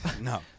No